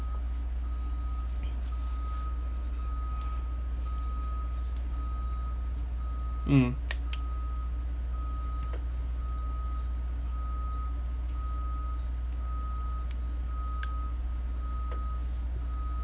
mm